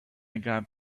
got